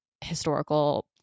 historical